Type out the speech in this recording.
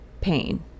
pain